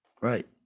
Right